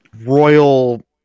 royal